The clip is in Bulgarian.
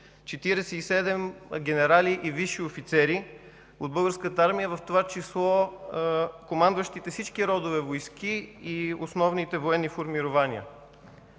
47 генерали и висши офицери от Българската армия, в това число командващите всички родове войски и основните военни формирования.